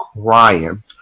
crying